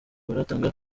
baratanga